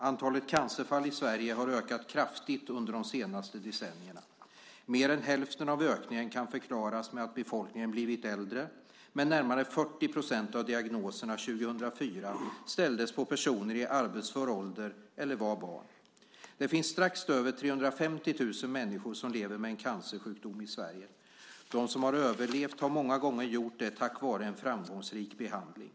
Antalet cancerfall i Sverige har ökat kraftigt under de senaste decennierna. Mer än hälften av ökningen kan förklaras med att befolkningen blivit äldre, men närmare 40 % av diagnoserna 2004 ställdes på personer i arbetsför ålder eller barn. Det finns strax över 350 000 människor som lever med en cancersjukdom i Sverige. De som har överlevt har många gånger gjort det tack vare en framgångsrik behandling.